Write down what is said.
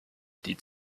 die